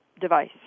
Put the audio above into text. device